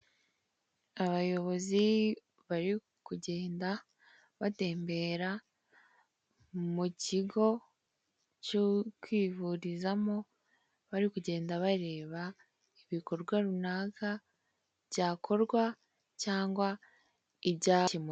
Abayobozi bari kugenda batembera mu kigo cyo kwivurizamo, bari kugenda bareba ibikorwa runaka byakorwa cyangwa ibyakemuka.